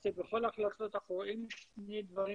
למעשה בכל ההחלטות אנחנו רואים שני דברים